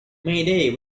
mayday